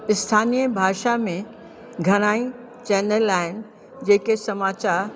इस्थानिय भाषा में घणा ई चैनल आहिनि जेके समाचारु